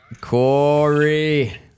Corey